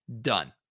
done